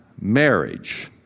marriage